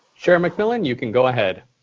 chair mcmillan, you can go ahead.